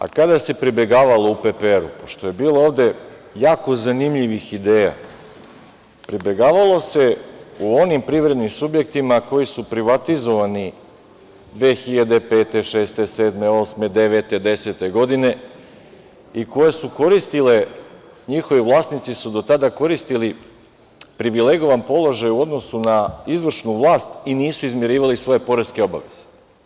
A kada se pribegavalo UPPR-u, pošto je bilo ovde jako zanimljivih ideja, pribegavalo se u onim privrednim subjektima koji su privatizovani 2005, 2006, 2007, 2008, 2009, 2010. godine i koje su koristile, njihovi vlasnici su do tada koristili privilegovan položaj u odnosu na izvršnu vlast i nisu izmirivali svoje poreske obaveze.